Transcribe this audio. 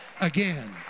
again